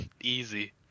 Easy